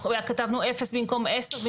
כתבנו 0 במקום 10,